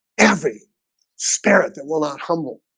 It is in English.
every spirit that will not humble